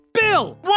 Bill